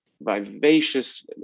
vivacious